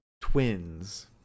Twins